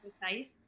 precise